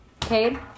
Cade